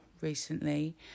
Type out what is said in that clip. recently